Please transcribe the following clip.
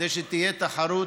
כדי שתהיה תחרות